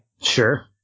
Sure